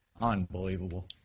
Unbelievable